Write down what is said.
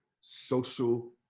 social